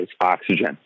oxygen